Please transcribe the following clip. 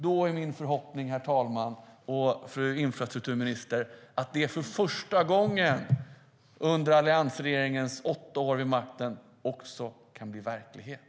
Då är min förhoppning, herr talman och fru infrastrukturminister, att det för första gången under alliansregeringens åtta år vid makten kan bli verklighet.